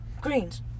greens